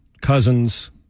Cousins